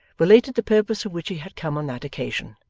related the purpose for which he had come on that occasion,